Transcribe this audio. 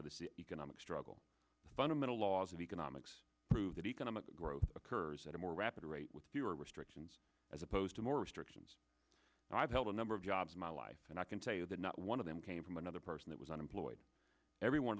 this the economic struggle the fundamental laws of economics prove that economic growth occurs at a more rapid rate with fewer restrictions as opposed to more restrictions and i've held a number of jobs in my life and i can tell you that not one of them came from another person that was unemployed every one